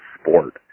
sport